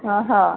ଓ ହୋ